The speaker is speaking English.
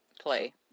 play